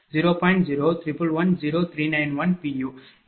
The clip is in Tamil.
0060